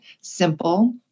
simple